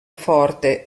forte